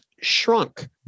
shrunk